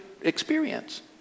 experience